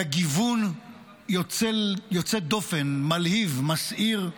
בגיוון יוצא דופן, מלהיב, מסעיר,